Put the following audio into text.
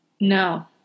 No